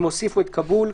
הם הוסיפו: כאבול,